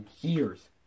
years